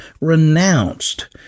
renounced